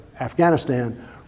Afghanistan